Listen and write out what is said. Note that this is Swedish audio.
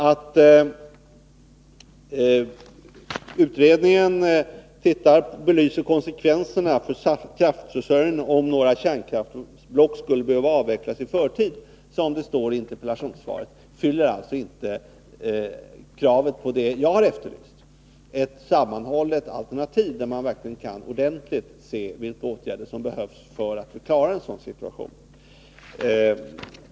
Att utredningen belyser konsekvenserna för kraftförsörjningen om några kärnkraftsblock skulle behöva avvecklas i förtid, som det står i interpellationssvaret, uppfyller alltså inte det krav som jag har ställt — ett sammanhållet alternativ där man verkligen ordentligt kan se vilka åtgärder som behövs för att vi skall klara en sådan situation.